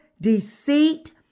deceit